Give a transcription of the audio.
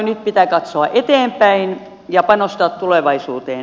nyt pitää katsoa eteenpäin ja panostaa tulevaisuuteen